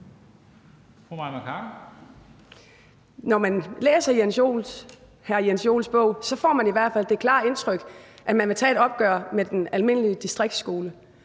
Når jeg læser hr. Jens Joels bog, får jeg i hvert fald det klare indtryk, at man vil tage et opgør med den almindelige distriktsskole,